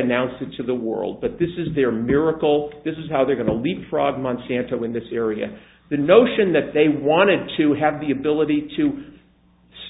announced it to the world but this is their miracle this is how they're going to leapfrog months santo in this area the notion that they wanted to have the ability to